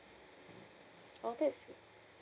oh that's